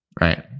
right